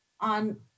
on